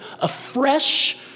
afresh